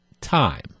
time